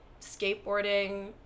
skateboarding